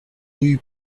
rue